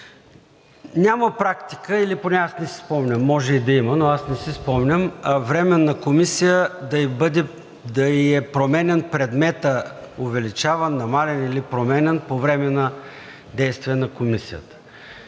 Няма практика, или поне аз не си спомням, може и да има, но аз не си спомням на временна комисия да ѝ е променян предметът – увеличаван, намаляван или променян, по време на действие на комисията.